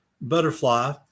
butterfly